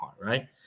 right